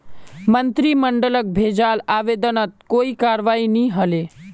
मंत्रिमंडलक भेजाल आवेदनत कोई करवाई नी हले